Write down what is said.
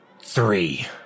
three